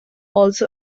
also